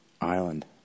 island